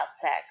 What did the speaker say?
sex